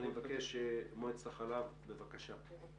מועצת החלב, בבקשה.